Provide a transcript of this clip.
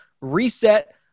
reset